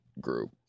group